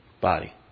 body